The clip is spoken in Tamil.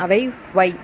அவை y